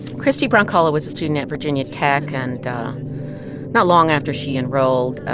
christy brzonkala was a student at virginia tech. and not long after she enrolled,